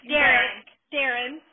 Darren